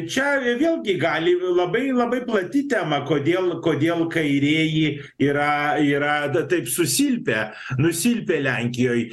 čia vėlgi gali labai labai plati tema kodėl kodėl kairieji yra yra taip susilpę nusilpę lenkijoj